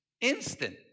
instant